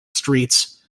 streets